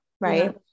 Right